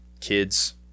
kids